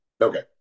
Okay